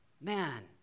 man